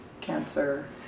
cancer